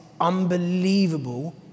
unbelievable